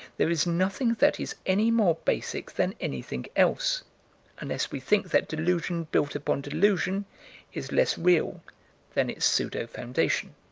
there is nothing that is any more basic than anything else unless we think that delusion built upon delusion is less real than its pseudo-foundation.